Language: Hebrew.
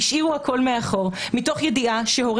הם השאירו הכול מאחור מתוך ידיעה שהורה